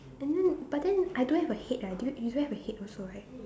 and then but then I don't have a head ah do you you don't have a head also right